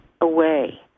away